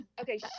Okay